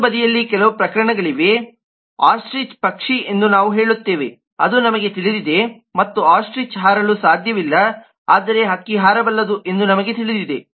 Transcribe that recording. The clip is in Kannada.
ಇನ್ನೊಂದು ಬದಿಯಲ್ಲಿ ಕೆಲವು ಪ್ರಕರಣಗಳಿವೆ ಆಸ್ಟ್ರಿಚ್ ಪಕ್ಷಿ ಎಂದು ನಾವು ಹೇಳುತ್ತೇವೆ ಅದು ನಮಗೆ ತಿಳಿದಿದೆ ಮತ್ತು ಆಸ್ಟ್ರಿಚ್ ಹಾರಲು ಸಾಧ್ಯವಿಲ್ಲ ಆದರೆ ಹಕ್ಕಿ ಹಾರಬಲ್ಲದು ಎಂದು ನಮಗೆ ತಿಳಿದಿದೆ